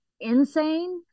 insane